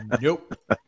Nope